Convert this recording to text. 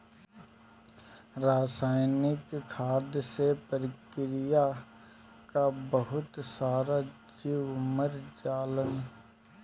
रासायनिक खाद से प्रकृति कअ बहुत सारा जीव मर जालन